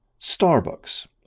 Starbucks